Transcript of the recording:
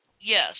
yes